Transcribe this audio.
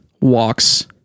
walks